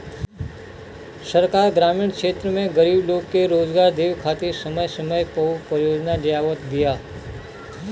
सरकार ग्रामीण क्षेत्र में गरीब लोग के रोजगार देवे खातिर समय समय पअ परियोजना लियावत बिया